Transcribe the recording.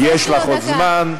יש לך עוד זמן.